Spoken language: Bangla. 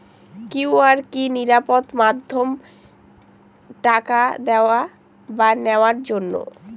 কিউ.আর কি নিরাপদ মাধ্যম টাকা দেওয়া বা নেওয়ার জন্য?